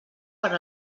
per